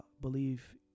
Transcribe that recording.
believe